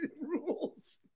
rules